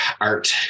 art